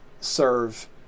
serve